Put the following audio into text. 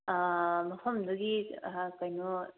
ꯃꯐꯝꯗꯨꯒꯤ ꯀꯩꯅꯣ